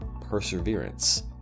perseverance